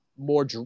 more